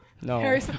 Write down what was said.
no